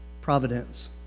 Providence